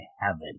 heaven